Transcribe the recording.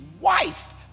wife